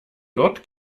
dort